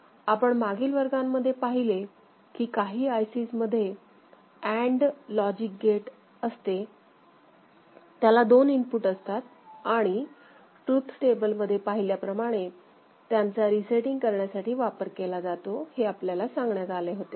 आपण मागील वर्गांमध्ये पाहिले की काही आयसीज मध्ये अँड लॉजिक गेट असते त्याला दोन इनपुट असतात आणि ट्रुथ टेबल मध्ये पाहिल्या प्रमाणे त्यांचा रीसेटिंग करण्यासाठी वापर केला जातो हे आपल्याला सांगण्यात आले होते